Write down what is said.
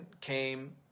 came